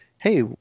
Hey